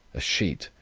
a sheet,